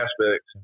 aspects